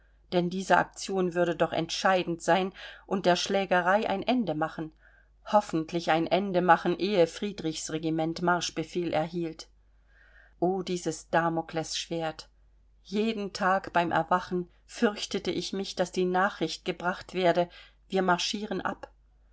denn diese aktion würde doch entscheidend sein und der schlägerei ein ende machen hoffentlich ein ende machen ehe friedrichs regiment marschbefehl erhielt o dieses damoklesschwert jeden tag beim erwachen fürchtete ich mich daß die nachricht gebracht werde wir marschieren ab